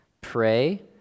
pray